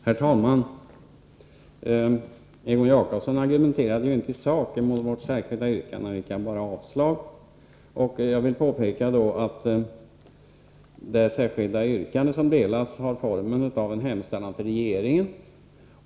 Herr talman! Egon Jacobsson argumenterade ju inte i sak mot vårt särskilda yrkande utan yrkade bara avslag. Jag vill då påpeka att det särskilda yrkande som delas har formen av en hemställan till regeringen.